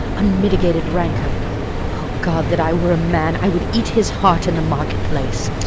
unmitigated rancour o god, that i were a man! i would eat his heart in the market-place.